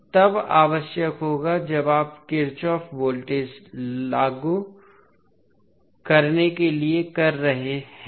तो यह तब आवश्यक होगा जब आप किरचॉफ वोल्टेज लॉ लागू करने के लिए कर रहे हों